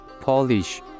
Polish